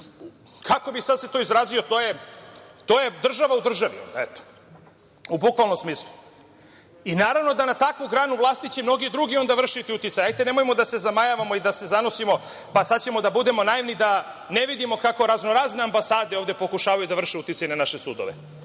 kako bih se sad izrazio, to je država u državi, eto u bukvalnom smislu. I naravno da na takvu granu vlasti će onda mnogi drugi vršiti uticaj. Hajte, nemojmo da se zamajavamo i da se zanosimo, pa sad ćemo da budemo naivni da ne vidimo kako raznorazne ambasade ovde pokušavaju da vrše uticaj na naše sudove.